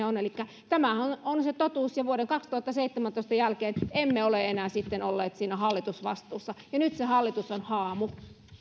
on tämä on se totuus ja vuoden kaksituhattaseitsemäntoista jälkeen emme ole enää sitten olleet siinä hallitusvastuussa ja nyt se hallitus on haamu